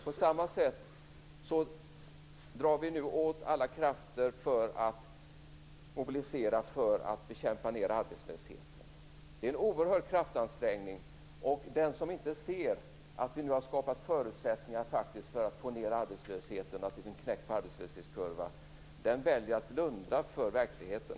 På samma sätt drar vi nu åt alla krafter för att mobilisera för att få ned arbetslösheten. Det är en oerhörd kraftansträngning. Den som inte ser att vi nu har skapat förutsättningar för detta och att det har blivit ett brott på arbetslöshetskurvan, den väljer att blunda för verkligheten.